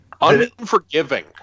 unforgiving